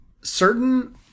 certain